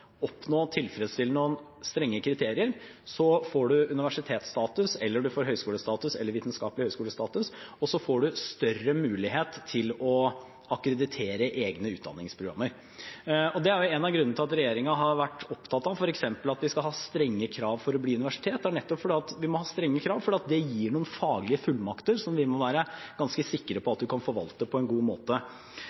oppnå tilfredsstillende og strenge kriterier får man universitetsstatus, høyskolestatus eller vitenskapelig høyskolestatus, og så får man større mulighet til å akkreditere egne utdanningsprogrammer. En av grunnene til at regjeringen har vært opptatt av at vi skal ha strenge krav for å bli universitet, er jo nettopp at det gir noen faglige fullmakter som vi må være ganske sikre på at man kan forvalte på en god måte.